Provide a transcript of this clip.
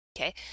Okay